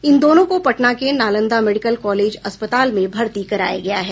इन दोनों को पटना के नालंदा मेडिकल कॉलेज अस्पताल में भर्ती कराया गया है